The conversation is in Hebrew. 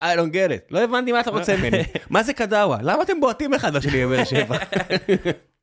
i don't get it, לא הבנתי מה אתה רוצה ממני, מה זה קדאווה, למה אתם בועטים אחד בשני? ...